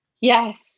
yes